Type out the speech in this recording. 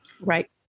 right